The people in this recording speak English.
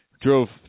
Drove